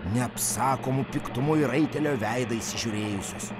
neapsakomu piktumu į raitelio veidą įsižiūrėjusios